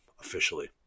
officially